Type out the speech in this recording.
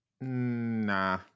Nah